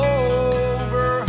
over